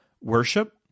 worship